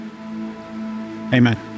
Amen